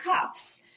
cups